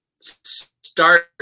start